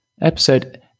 episode